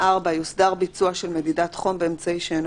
יוסדר ביצוע של מדידת חום באמצעי שאינו